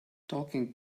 talking